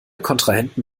kontrahenten